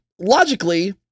logically